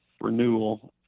renewal